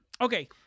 okay